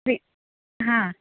free ಹಾಂ